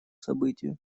событию